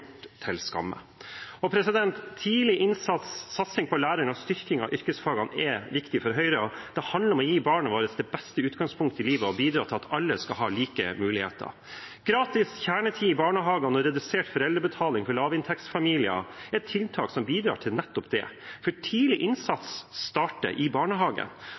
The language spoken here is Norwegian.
til skamme. Tidlig innsats, satsing på lærere og styrking av yrkesfagene er viktig for Høyre. Det handler om å gi barna våre det beste utgangspunkt i livet og bidra til at alle skal ha like muligheter. Gratis kjernetid i barnehagene og redusert foreldrebetaling for lavinntektsfamilier er tiltak som bidrar til nettopp det. For tidlig innsats starter i barnehagen.